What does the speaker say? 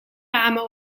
ramen